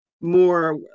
more